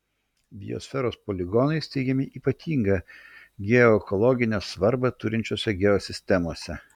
biosferos poligonai steigiami ypatingą geoekologinę svarbą turinčiose geosistemose